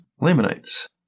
lamanites